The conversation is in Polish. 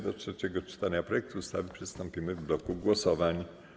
Do trzeciego czytania projektu ustawy przystąpimy w bloku głosowań.